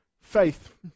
faith